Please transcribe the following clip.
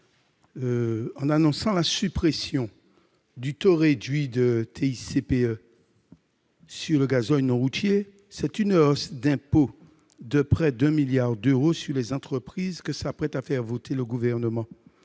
En annonçant la suppression du taux réduit de la TICPE sur le gazole non routier, c'est une hausse d'impôts de près d'un milliard d'euros sur les entreprises que s'apprête à faire voter le Gouvernement.